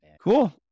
Cool